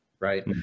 Right